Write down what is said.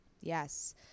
Yes